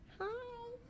hi